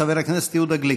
חבר הכנסת יהודה גליק.